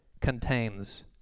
contains